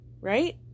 right